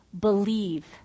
believe